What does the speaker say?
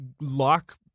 lock